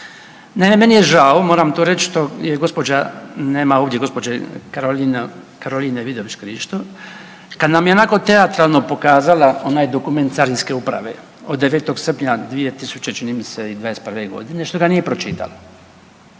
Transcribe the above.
Naime, meni je žao moram to reć što je gospođa, nema ovdje gospođe Karoline Vidović Krišto, kad nam je onako teatralno pokazala onaj dokument Carinske uprave od 9. srpnja čini mi se i '21.g. što ga nije pročitala.